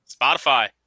Spotify